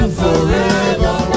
forever